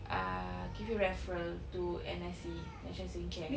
ah give you referral to N_S_C national skincare